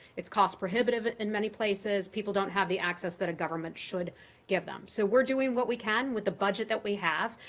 it's cost-prohibitive in many places people don't have the access that a government should give them. so we're doing what we can with the budget that we have,